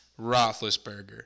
Roethlisberger